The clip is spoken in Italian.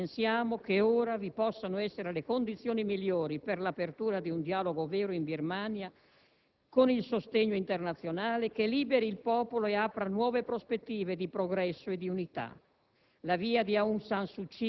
Ed è per questo che pensiamo che ora vi possano essere le condizioni migliori per l'apertura di un dialogo vero in Birmania con il sostegno internazionale, che liberi il popolo e apra nuove prospettive di progresso e di unità.